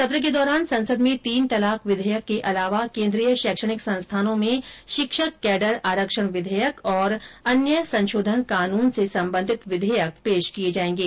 सत्र के दौरान संसद में तीन तलाक विधेयक के अलावा केन्द्रीय शैक्षणिक संस्थानों में शिक्षक कैडर आरक्षण विधेयक तथा और अन्य संशोधन कानून से सम्बन्धित विघेयक पेश किए जाएंगे